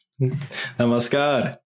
Namaskar